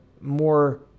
more